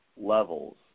levels